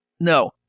no